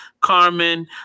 Carmen